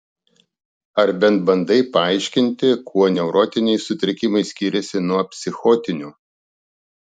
ar bent bandai paaiškinti kuo neurotiniai sutrikimai skiriasi nuo psichotinių